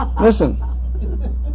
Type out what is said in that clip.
listen